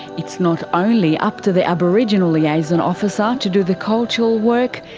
it's not only up to the aboriginal liaison officer to do the cultural work,